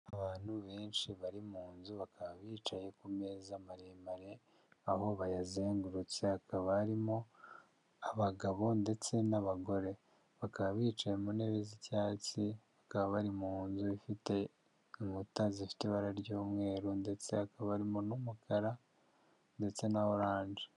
Abantu benshi bari mu nzu bakaba bicaye ku meza maremare, aho bayazengurutse, hakaba harimo abagabo ndetse n'abagore, bakaba bicaye mu ntebe z'icyatsi, bakaba bari mu nzu ifite inkuta zifite ibara ry'umweru ndetse hakaba harimo n'umukara ndetse na oranje.